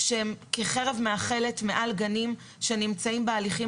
שהן כחרב מאכלת מעל גנים שנמצאים בהליכים